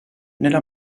nella